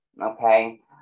okay